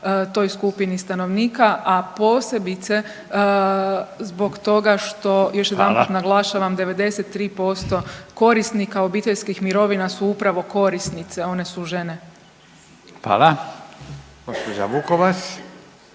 toj skupini stanovnika, a posebice zbog toga što još jedanput …/Upadica: Hvala./… naglašavam 93% korisnika obiteljskih mirovina su upravo korisnice, one su žene.